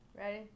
Ready